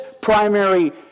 primary